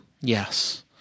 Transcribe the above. Yes